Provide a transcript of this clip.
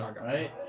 Right